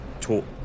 talk